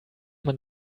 man